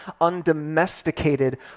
undomesticated